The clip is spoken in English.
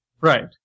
Right